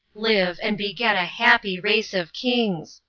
live, and beget a happy race of kings!